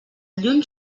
lluny